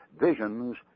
visions